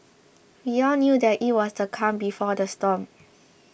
we all knew that it was the calm before the storm